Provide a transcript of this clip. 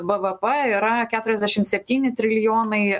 bvp yra keturiasdešimt septyni trilijinai